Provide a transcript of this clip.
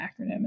acronym